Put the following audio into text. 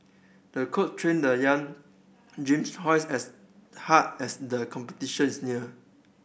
the coach trained the young gyms twice as hard as the competitions neared